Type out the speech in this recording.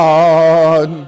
God